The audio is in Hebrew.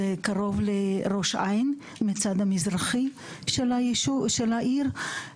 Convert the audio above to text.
זה קרוב לראש העין מהצד המזרחי של העיר.